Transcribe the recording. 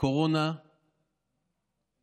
בקורונה את